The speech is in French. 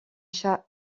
chat